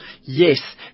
yes